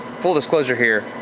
full disclosure here,